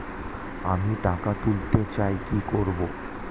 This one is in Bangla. আমি টাকা তুলতে চাই কি করব?